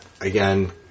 Again